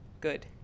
good